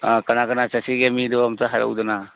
ꯑꯥ ꯀꯅꯥ ꯀꯅꯥ ꯆꯠꯁꯤꯒꯦ ꯃꯤꯗꯨ ꯑꯝꯇ ꯍꯥꯏꯔꯛꯎꯗꯅ